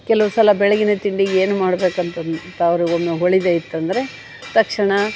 ಕೆಲವ್ ಸಲ ಬೆಳಗಿನ ತಿಂಡಿಗೆ ಏನು ಮಾಡ್ಬೇಕಂತ ಅಂತ ಅವರಿಗೊಮ್ಮೆ ಹೊಳಿದೇ ಇತ್ತಂದರೆ ತಕ್ಷಣ